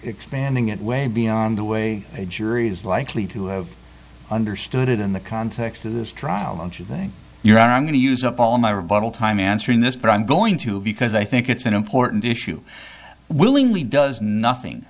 expanding it way beyond the way a jury is likely to have understood it in the context of this trial and you think your honor i'm going to use up all my rebuttal time answering this but i'm going to because i think it's an important issue willingly does nothing